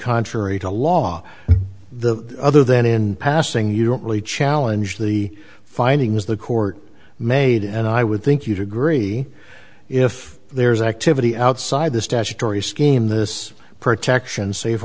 contrary to law and the other then in passing you don't really challenge the findings the court made and i would think you'd agree if there's activity outside the statutory scheme this protection sa